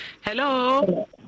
Hello